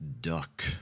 duck